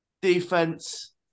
Defense